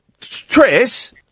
Tris